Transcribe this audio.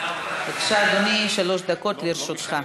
בבקשה, אדוני, שלוש דקות לרשותך.